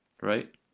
right